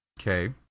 Okay